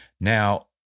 now